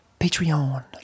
patreon